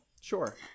Sure